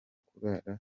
kurara